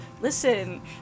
listen